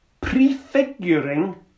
prefiguring